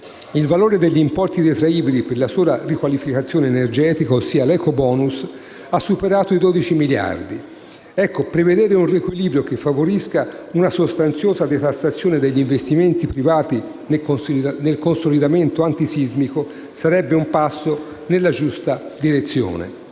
il valore degli importi detraibili per la sola riqualificazione energetica, ossia l'*ecobonus*, ha superato i 12 miliardi. Prevedere un riequilibrio che favorisca una sostanziosa detassazione degli investimenti privati nel consolidamento antisismico sarebbe un passo nella giusta direzione.